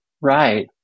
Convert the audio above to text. Right